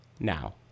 now